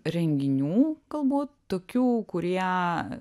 renginių galbūt tokių kurie